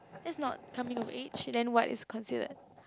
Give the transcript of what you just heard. is not coming of age then what is considered